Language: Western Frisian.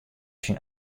syn